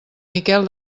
miquel